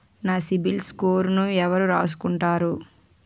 నా సిబిల్ స్కోరును ఎవరు రాసుకుంటారు